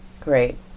Great